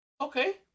Okay